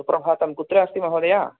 सुप्रभातं कुत्र अस्ति महोदय